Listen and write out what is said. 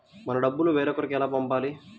మన డబ్బులు వేరొకరికి ఎలా పంపాలి?